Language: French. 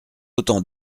autant